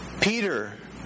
Peter